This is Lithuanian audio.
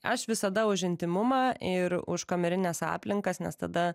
aš visada už intymumą ir už kamerines aplinkas nes tada